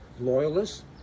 loyalists